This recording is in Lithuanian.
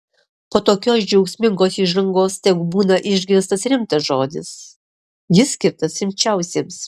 po tokios džiaugsmingos įžangos tebūnie išgirstas rimtas žodis jis skirtas rimčiausiems